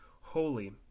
holy